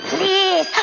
Please